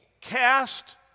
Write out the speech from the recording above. cast